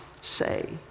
say